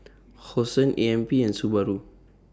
Hosen A M P and Subaru